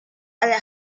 ale